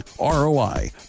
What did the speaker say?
ROI